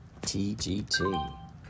TGT